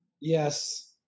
Yes